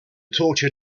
torture